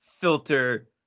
filter